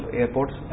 airports